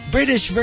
British